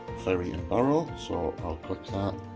ferry in barrow, so ah i'll click that